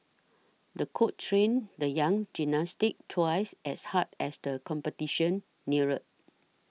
the coach trained the young gymnast twice as hard as the competition neared